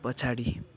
पछाडि